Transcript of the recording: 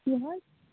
کیٛاہ حظ